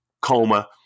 coma